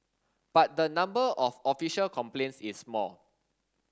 but the number of official complaints is small